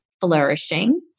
flourishing